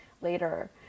later